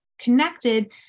connected